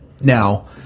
Now